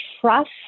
trust